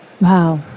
Wow